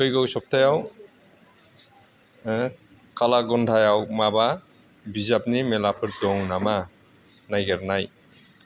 फैगौ सप्तायाव कालागधायाव माबा बिजाबनि मेलाफोर दं नामा नायगिरनाय